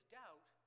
doubt